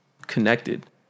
connected